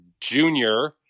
junior